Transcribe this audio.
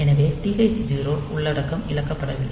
எனவே TH 0 உள்ளடக்கம் இழக்கப்படவில்லை